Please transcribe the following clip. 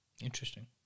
Interesting